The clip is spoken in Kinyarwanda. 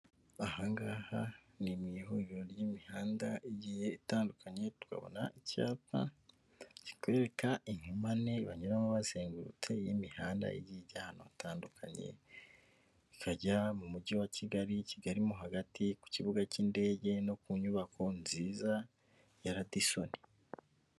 Aha ngaha ni mu ihuriro ry'imihanda igiye itandukanye, tukabona icyapa kikwereka inkomane banyuramo bazengurutse y'imihanda igiye ijya ahantu hatandukanye, ikajya mu mujyi wa Kigali, Kigali mo hagati ku kibuga cy'indege no ku nyubako nziza ya Radisoni.